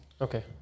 Okay